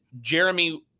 Jeremy